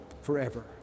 forever